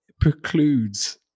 precludes